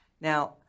Now